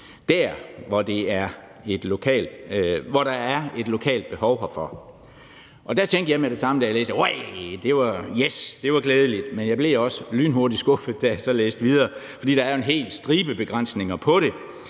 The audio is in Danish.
der, hvor der er et lokalt behov herfor. Der tænkte jeg med det samme, da jeg læste det: Yes! Det var glædeligt. Men jeg blev også lynhurtigt skuffet, da jeg så læste videre, for der er jo en hel stribe begrænsninger på det.